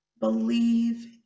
believe